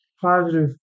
positive